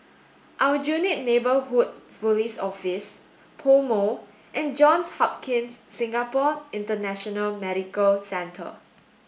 Aljunied Neighbourhood Police Office PoMo and Johns Hopkins Singapore International Medical Centre